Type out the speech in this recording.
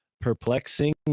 perplexing